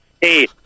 Hey